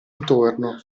intorno